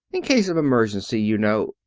in case of emergency, you know.